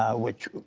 ah which,